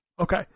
Okay